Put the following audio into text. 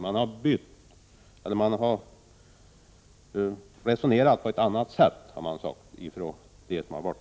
Man har resonerat på annat sätt, har de som varit i utskottet sagt.